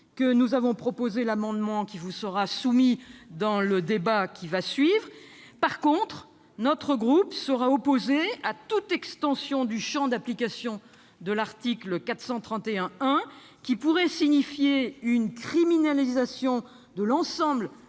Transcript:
que nous avons déposé l'amendement que nous examinerons tout à l'heure. En revanche, nous groupe sera opposé à toute extension du champ d'application de l'article 431-1 qui pourrait signifier une criminalisation de l'ensemble